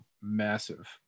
massive